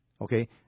okay